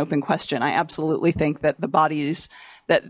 open question i absolutely think that the bodies that